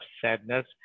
sadness